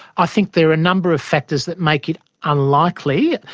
i think there are a number of factors that make it unlikely.